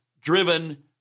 driven